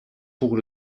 pour